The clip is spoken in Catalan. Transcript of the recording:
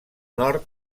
nord